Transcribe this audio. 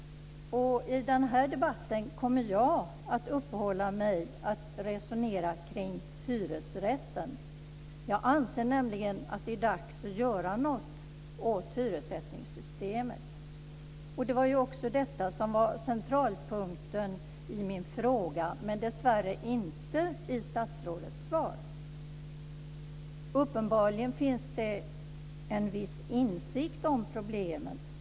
I den här debatten kommer jag att resonera kring hyresrätten. Jag anser nämligen att det är dags att göra något åt hyressättningssystemet. Det var ju också detta som var centralpunkten i min fråga, men dessvärre inte i statsrådets svar. Det finns uppenbarligen en viss insikt om problemen.